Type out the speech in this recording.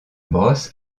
brosse